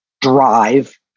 drive